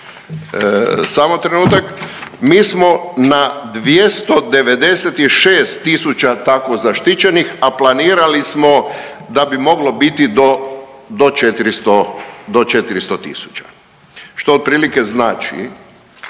samo trenutak, mi smo na 296.000 tako zaštićenih, a planirali smo da bi moglo biti do 400.000 što otprilike znači